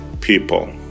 people